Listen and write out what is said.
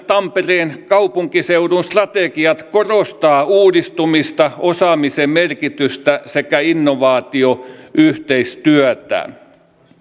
tampereen kaupunkiseudun strategiat korostavat uudistumista osaamisen merkitystä sekä innovaatioyhteistyötä